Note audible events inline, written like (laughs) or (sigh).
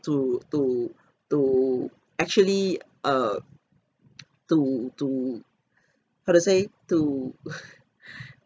to to (breath) to actually err (noise) to to (breath) how to say to (laughs)